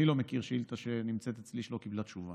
אני לא מכיר שאילתה שנמצאת אצלי ולא קיבלה תשובה.